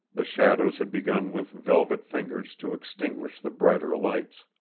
the shadows had begun with velvet fingers to extinguish the brighter lights.